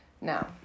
Now